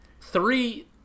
three